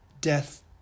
death